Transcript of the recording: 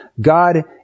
God